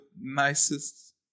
nicest